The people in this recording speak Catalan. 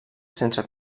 sense